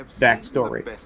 backstory